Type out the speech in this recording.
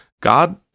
God